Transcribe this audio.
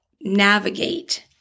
navigate